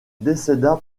décéda